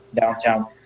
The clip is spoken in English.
downtown